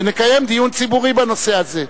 ונקיים דיון ציבורי בנושא הזה.